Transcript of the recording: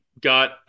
got